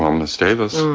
um miss davis?